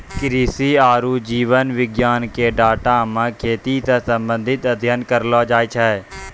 कृषि आरु जीव विज्ञान के डाटा मे खेती से संबंधित अध्ययन करलो जाय छै